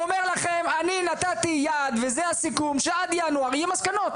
אומר לכם אני נתתי יעד וזה הסיכום שעד ינואר יהיו מסקנות.